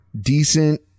Decent